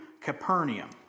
Capernaum